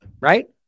right